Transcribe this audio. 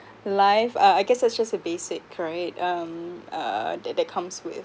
life uh I guess that's just a basic correct um uh that that comes with